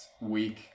week